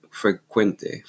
frecuente